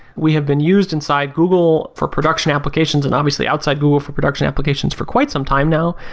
we have been used inside google for production applications and obviously outside google for production applications for quite some time now,